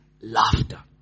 Laughter